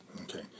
Okay